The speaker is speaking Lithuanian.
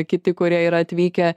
kiti kurie yra atvykę